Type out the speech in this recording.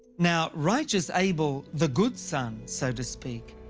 now, righteous abel, the good son, so to speak,